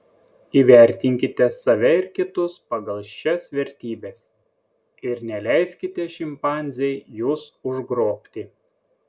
įvertinkite save ir kitus pagal šias vertybes ir neleiskite šimpanzei jus užgrobti